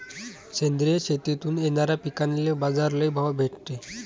सेंद्रिय शेतीतून येनाऱ्या पिकांले बाजार लई भाव भेटते